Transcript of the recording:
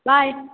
bye